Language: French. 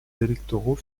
électoraux